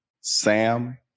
Sam